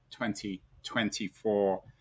2024